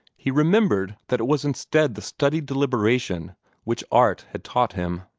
he remembered that it was instead the studied deliberation which art had taught him.